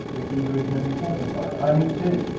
would be reasonably fortified. i knew too,